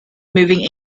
moving